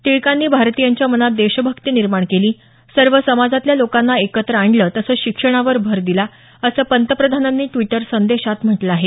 टिळकांनी भारतीयांच्या मनात देशभक्ती निर्माण केली सर्व समाजातल्या लोकांना एकत्र आणलं तसंच शिक्षणावर भर दिला असं पंतप्रधानांनी ड्विटर संदेशात म्हटलं आहे